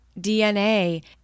DNA